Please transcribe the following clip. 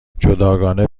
جداگانه